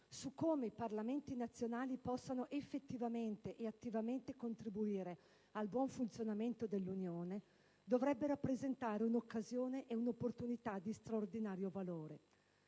su come i Parlamenti nazionali possano effettivamente e attivamente contribuire al buon funzionamento dell'Unione dovrebbe rappresentare un'occasione e un'opportunità di straordinario valore.